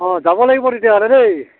অঁ যাব লাগিব তেতিয়াহ'লে দেই